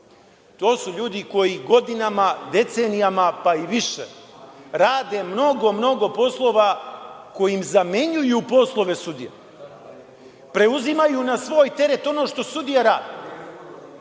To su ljudi koji godinama, decenijama pa i više rade mnogo poslova kojim zamenjuju poslove sudija. Preuzimaju na svoj teret ono što sudija radi.